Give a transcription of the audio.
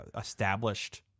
established